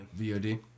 VOD